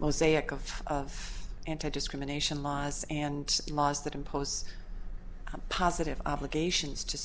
mosaic of anti discrimination laws and laws that impose positive obligations to